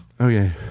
Okay